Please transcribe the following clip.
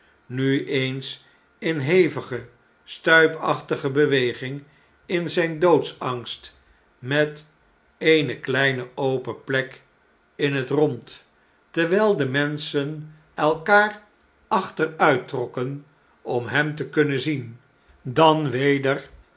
nu eens in hevige stuipachtige beweging in zjn doodsangst met eene kleine open plek in het rond terwijl de menschen elkaar achteruittrokken om hem te kunnen zien dan weder